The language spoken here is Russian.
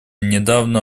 недавно